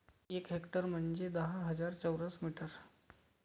एक हेक्टर म्हंजे दहा हजार चौरस मीटर